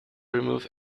remove